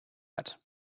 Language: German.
hat